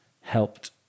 helped